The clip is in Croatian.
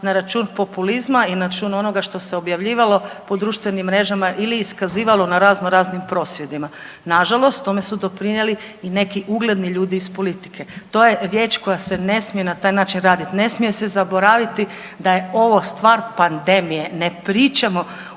na račun populizma i na račun onoga što se objavljivalo po društvenim mrežama ili iskazivalo na razno raznim prosvjedima. Na žalost tome su doprinijeli i neki ugledni ljudi iz politike. To je riječ koja se ne smije na taj način raditi. Ne smije se zaboraviti da je ovo stvar pandemije. Ne pričamo